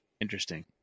interesting